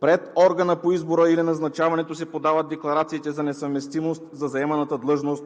Пред органа по избора или назначаването се подават декларациите за несъвместимост за заеманата длъжност